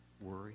worry